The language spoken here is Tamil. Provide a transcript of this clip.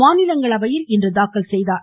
மாநிலங்களவையில் இன்று தாக்கல் செய்தார்